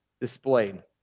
displayed